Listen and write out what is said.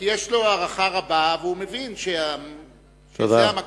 כי יש לו הערכה רבה והוא מבין שזה המקום,